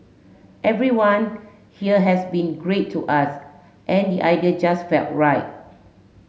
everyone here has been great to us and the idea just felt right